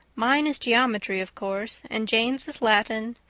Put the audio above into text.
mine is geometry of course, and jane's is latin,